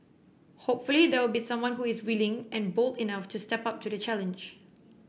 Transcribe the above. hopefully there will be someone who is willing and bold enough to step up to the challenge